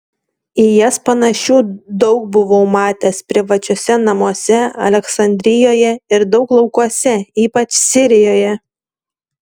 į jas panašių daug buvau matęs privačiuose namuose aleksandrijoje ir daug laukuose ypač sirijoje